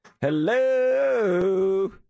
Hello